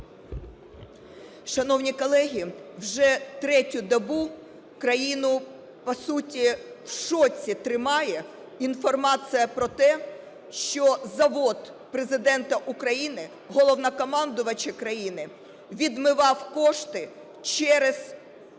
Шановні колеги! Вже третю добу країну по суті вшоці тримає інформація про те, що завод Президента України - Головнокомандувача країни відмивав кошти через "Ленінську